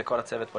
לכל הצוות פה